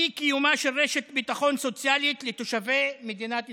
אי-קיומה של רשת ביטחון סוציאלית לתושבי מדינת ישראל,